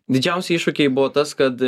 didžiausi iššūkiai buvo tas kad